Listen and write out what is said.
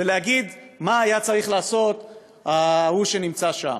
ולהגיד מה היה צריך לעשות ההוא שנמצא שם.